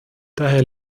daher